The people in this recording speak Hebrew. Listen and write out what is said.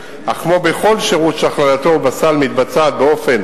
אך כמו כל שירות שהכללתו בסל נעשית באופן